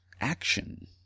action